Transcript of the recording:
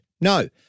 No